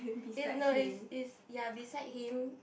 in no is is ya beside him